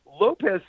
Lopez